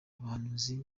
abahanuzi